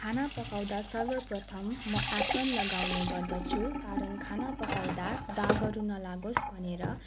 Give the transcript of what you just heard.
खाना पकाउँदा सर्वप्रथम म एप्रोन लगाउने गर्दछु कारण खाना पकाउँदा दागहरू नलागोस् भनेर